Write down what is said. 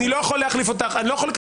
אני לא יכול להחליף אותך,